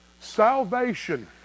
Salvation